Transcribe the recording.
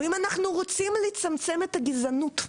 אם אנחנו רוצים לצמצם את הגזענות,